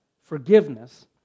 forgiveness